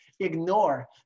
Ignore